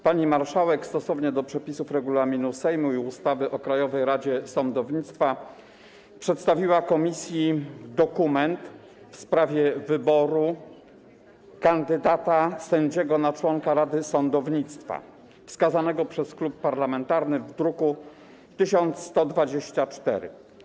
Pani marszałek stosownie do przepisów regulaminu Sejmu i ustawy o Krajowej Radzie Sądownictwa przedstawiła komisji dokument w sprawie wyboru kandydata sędziego na członka Krajowej Rady Sądownictwa wskazanego przez Klub Parlamentarny w druku nr 1124.